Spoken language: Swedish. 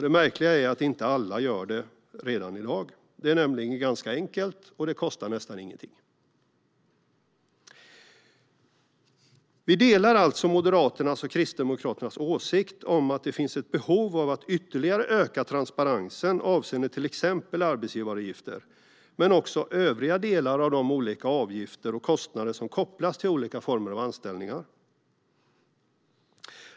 Det märkliga är att inte alla gör det redan i dag. Det är nämligen ganska enkelt och kostar nästan ingenting. Vi delar alltså Moderaternas och Kristdemokraternas åsikt om att det finns ett behov av att ytterligare öka transparensen avseende till exempel arbetsgivaravgifter men också vad gäller övriga delar av de olika avgifter och kostnader som kopplas till olika former av anställningar.